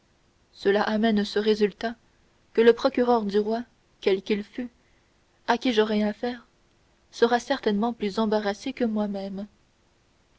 cela amène ce résultat que le procureur du roi quel qu'il fût à qui j'aurais affaire serait certainement plus embarrassé que moi-même